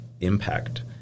impact